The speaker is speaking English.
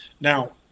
now